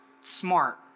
smart